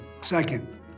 Second